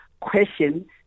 question